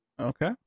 Okay